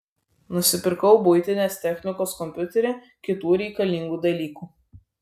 nusipirkau buitinės technikos kompiuterį kitų reikalingų dalykų